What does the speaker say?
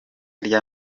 rya